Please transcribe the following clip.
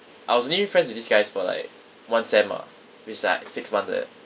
I was only friends with these guys for like one sem ah which is like six months like that